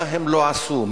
מה הם לא עשו?